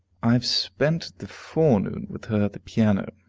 i have spent the forenoon with her at the piano.